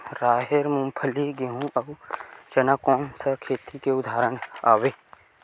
राहेर, मूंगफली, गेहूं, अउ चना कोन सा खेती के उदाहरण आवे?